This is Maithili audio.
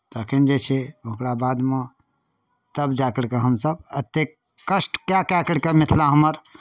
तखन जे छै ओकरा बादमे तब जा करि कऽ हमसभ एतेक कष्ट कए कए करि कऽ मिथिला हमर